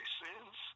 sins